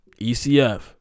ECF